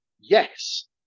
Yes